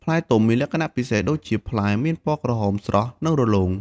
ផ្លែទុំមានលក្ខណៈពិសេសដូចជា ផ្លែមានពណ៌ក្រហមស្រស់ និងរលោង។